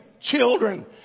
children